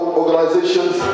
organizations